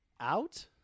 out